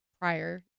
prior